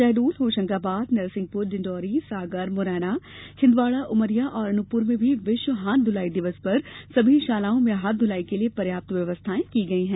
शहडोल होशंगाबाद नरसिंहपुर डिण्डोरी सागर मुरैना छिन्दवाड़ा उमरिया और अनूपपुर में भी विश्व हाथ धुलाई दिवस पर सभी शालाओं में हाथ धुलाई के लिए पर्याप्त व्यवस्थाएं की गई है